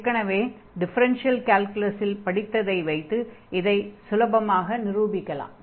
ஏற்கனவே டிஃபெரென்ஷியல் கால்குலஸில் படித்ததை வைத்து இதை சுலபமாக நிரூபிக்கலாம்